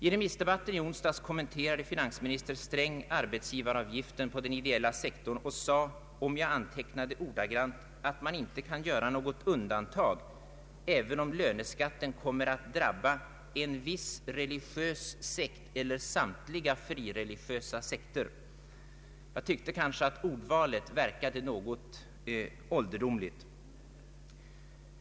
I remissdebatten i onsdags kommenterade finansminister Sträng arbetsgivaravgiften på den ideella sektorn och sade, om jag antecknat ordagrant, att man inte kan göra något undantag, även om löneskatten kommer att drabba ”en viss religiös sekt eller samtliga frireligiösa sekter”. Jag tycker att ordvalet verkade något ålderdomligt!